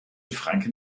franken